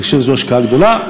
אני חושב שזו השקעה גדולה.